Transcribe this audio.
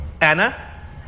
Anna